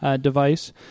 device